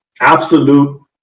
absolute